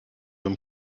beim